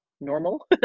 normal